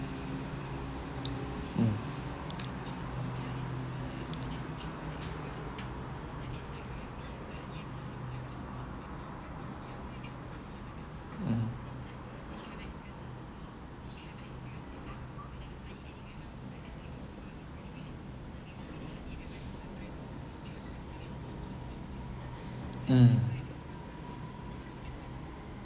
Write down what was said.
mm mm mm